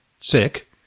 sick